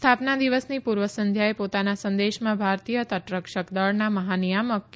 સ્થાપના દિવસની પુર્વ સંધ્યાએ પોતાના સંદેશમાં ભારતીય તટરક્ષક દળના મહાનિયામક કે